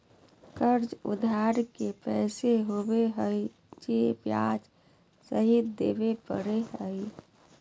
कर्ज उधार के पैसा होबो हइ जे ब्याज सहित देबे पड़ो हइ